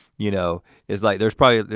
you know it's like there's probably